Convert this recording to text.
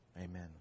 Amen